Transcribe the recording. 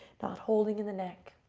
not holding in the neck.